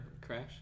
crash